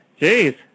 Jeez